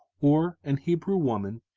or an hebrew woman,